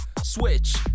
switch